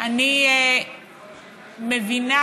אני מבינה